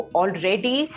already